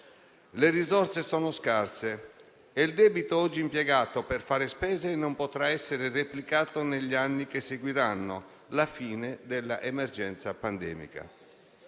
Le risorse sono scarse e il debito oggi impiegato per fare spese non potrà essere replicato negli anni che seguiranno (la fine dell'emergenza pandemica).